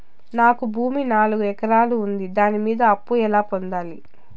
నాకు భూమి నాలుగు ఎకరాలు ఉంది దాని మీద అప్పు ఎలా పొందాలి?